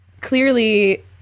clearly